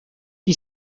qui